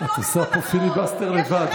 את עושה פה פיליבסטר לבד,